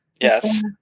Yes